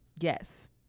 Yes